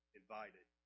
invited